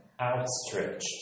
outstretched